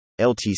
LTC